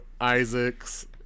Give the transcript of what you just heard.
Isaacs